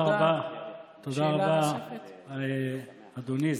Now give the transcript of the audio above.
עופר, פה נרשמה הסכמה בינינו.